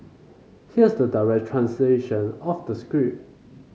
here's the direct translation of the script